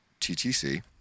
TTC